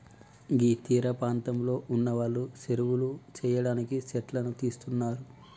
గీ తీరపాంతంలో ఉన్నవాళ్లు సెరువులు సెయ్యడానికి సెట్లను తీస్తున్నరు